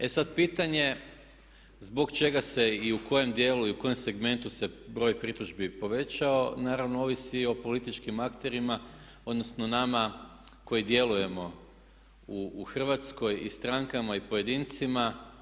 E sad, pitanje je zbog čega se i u kojem dijelu i u kojem segmentu se broj pritužbi povećao naravno ovisi i o političkim akterima odnosno nama koji djelujemo u Hrvatskoj i strankama i pojedincima.